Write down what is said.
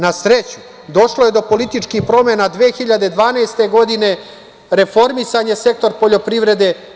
Na sreću, došlo je do političkih promena 2012. godine, reformisan je sektor poljoprivrede.